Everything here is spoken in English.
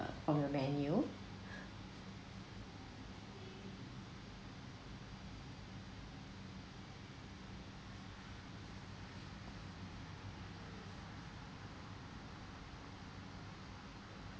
from your menu